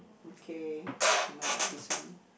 okay I might like this one